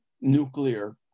nuclear